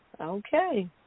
Okay